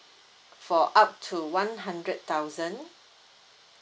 for up to one hundred thousand